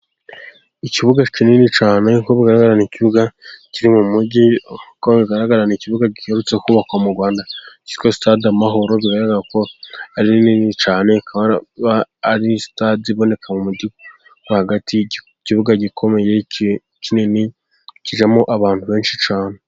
Ikibuga kinini cyane ni kibuga kiri mu mujyi kigaragara ni ikibuga giherutse kubakwa mu rwanda, cyitwa sitade amahoro bigaragara ko ari rinini cyane iba ari sitade iboneka mu mujyi rwagati ikibuga gikomeye kinini kizamo abantu benshi cyane.